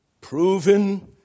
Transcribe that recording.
proven